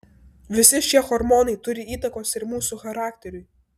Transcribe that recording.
visi šie hormonai turi įtakos ir mūsų charakteriui